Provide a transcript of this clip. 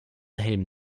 helm